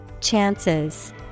Chances